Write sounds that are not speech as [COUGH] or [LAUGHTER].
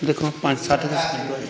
ਦੇਖੋ ਪੰਜ ਸੱਠ [UNINTELLIGIBLE]